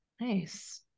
nice